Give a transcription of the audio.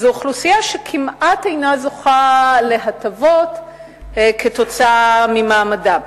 וזו אוכלוסייה שכמעט אינה זוכה להטבות כתוצאה ממעמדם.